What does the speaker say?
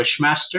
Wishmaster